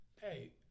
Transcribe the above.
Hey